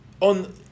on